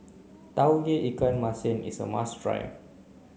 Tauge Ikan Masin is a must try